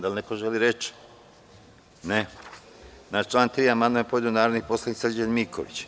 Da li neko želi reč? (Ne) Na član 3. amandman je podneo narodni poslanik Srđan Miković.